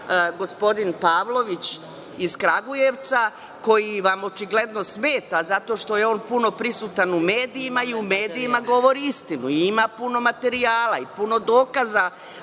gospodin Pavlović iz Kragujevca, koji vam očigledno smeta zato što je on puno prisutan u medijima i u medijima govori istinu i ima puno materijala i puno dokaza